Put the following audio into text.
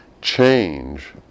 change